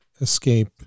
escape